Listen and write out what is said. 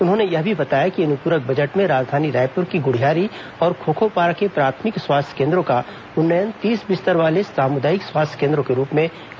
उन्होंने यह भी बताया कि अनुप्रक बजट में राजधानी रायपुर की गुढ़ियारी और खोखोपारा के प्राथमिक स्वास्थ्य केन्द्रों का उन्नयन तीस बिस्तर वाले सामुदायिक स्वास्थ्य केन्द्रों के रूप में करने का भी प्रावधान किया गया है